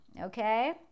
okay